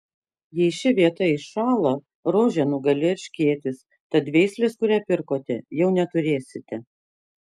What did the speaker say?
jei ši vieta iššąla rožę nugali erškėtis tad veislės kurią pirkote jau neturėsite